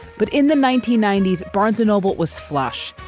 but in the nineteen ninety s, barnes and noble was flush.